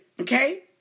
Okay